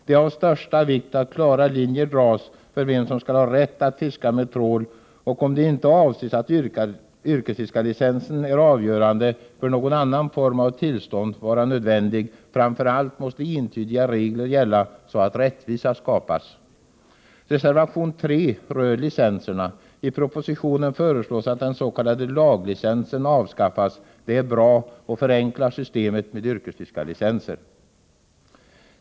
Det är av största vikt att klara linjer dras när det gäller vem som skall ha rätt att fiska med trål. Om det inte är avsikten att yrkesfiskarlicensen skall vara avgörande, bör någon annan form av tillstånd vara nödvändig. Framför allt måste entydiga regler gälla, så att rättvisa skipas. Reservation 3 rör licenserna. I propositionen föreslås att den s.k. laglicensen avskaffas. Det är bra och förenklar systemet med yrkesfiskarlicenser.